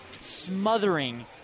smothering